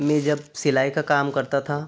मैं जब सिलाई का काम करता था